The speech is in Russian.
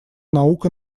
наука